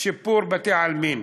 שיפור בתי-עלמין.